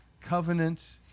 covenant